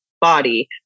body